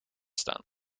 staan